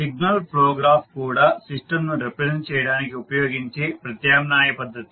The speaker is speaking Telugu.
సిగ్నల్ ఫ్లో గ్రాఫ్ కూడా సిస్టంను రిప్రజెంట్ చేయడానికి ఉపయోగించే ప్రత్యామ్నాయ పద్ధతి